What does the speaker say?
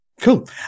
Cool